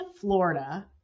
Florida